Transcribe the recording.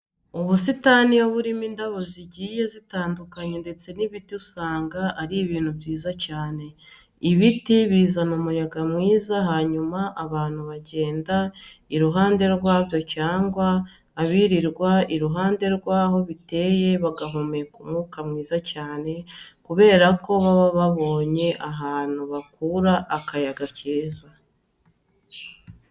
Ubusitani iyo burimo indabo zigiye zitandukanye ndetse n'ibiti usanga ari ibintu byiza cyane. Ibiti bizana umuyaga mwiza hanyuma abantu bagenda iruhande rwabyo cyangwa abirirwa iruhande rw'aho biteye bagahumeka umwuka mwiza cyane kubera ko baba babonye ahantu bakura akayaga keza.